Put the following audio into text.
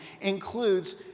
includes